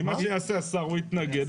כי מה שיעשה השר הוא יתנגד,